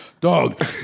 dog